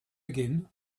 again